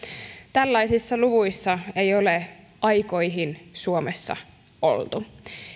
tällaisissa luvuissa ei ole aikoihin suomessa oltu